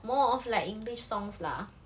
more of like english songs lah